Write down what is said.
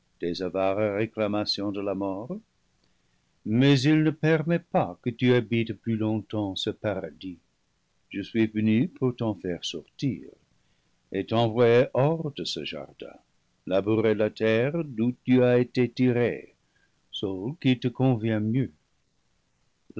des avares ré clamations de la mort mais il ne permet pas que tu habites plus longtemps ce paradis je suis venu pour t'en faire sortir et t'envoyer hors de ce jardin labourer la terre d'où tu as été tiré sol qui te convient mieux